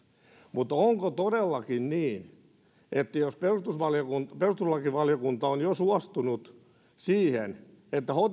mutta onko todellakin niin että jos perustuslakivaliokunta on jo suostunut siihen että